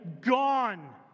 gone